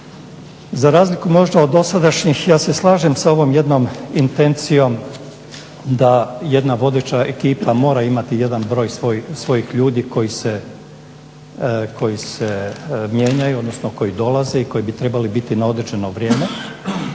Za razliku možda od dosadašnjih ja se slažem s ovom jednom intencijom da jedna vodeća ekipa mora imati jedan broj svojih ljudi koji se mijenjaju, odnosno koji dolaze i koji bi trebali biti na određeno vrijeme.